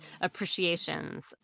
appreciations